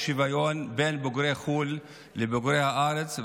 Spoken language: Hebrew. שוויון בין בוגרי חו"ל לבוגרי הארץ,